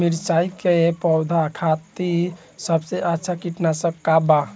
मिरचाई के पौधा खातिर सबसे अच्छा कीटनाशक का बा?